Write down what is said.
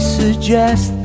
suggest